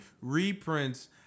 reprints